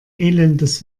elendes